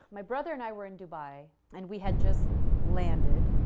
my brother and i were in dubai and we had just landed.